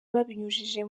babinyujije